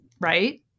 right